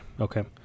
okay